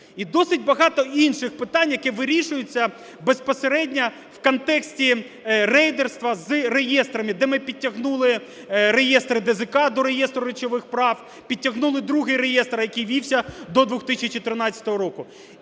І досить багато інших питань, які вирішуються безпосередньо в контексті рейдерства з реєстрами, де ми підтягнули реєстр ДЗК до реєстру речових прав, підтягнули другий реєстр, який вівся до 2013 року.